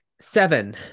seven